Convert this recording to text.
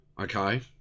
Okay